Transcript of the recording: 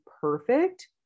perfect